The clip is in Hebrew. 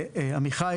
ועמיחי,